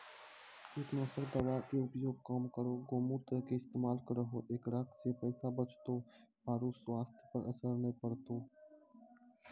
कीटनासक दवा के उपयोग कम करौं गौमूत्र के इस्तेमाल करहो ऐकरा से पैसा बचतौ आरु स्वाथ्य पर असर नैय परतौ?